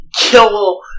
kill